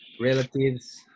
relatives